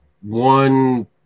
one